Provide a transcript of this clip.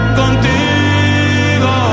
contigo